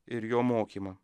ir jo mokymą